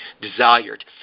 desired